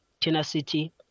tenacity